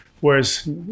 Whereas